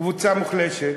קבוצה מוחלשת: